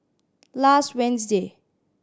last Wednesday